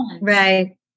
Right